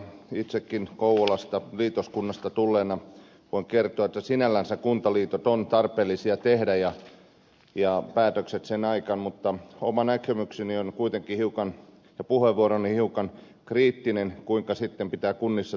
itsekin kouvolasta liitoskunnasta tulleena voin kertoa että sinällänsä kuntaliitokset ovat tarpeellisia tehdä ja päätökset sen aikana mutta oma näkemykseni ja puheenvuoroni on kuitenkin hiukan kriittinen siinä kuinka sitten pitää kunnissa toimia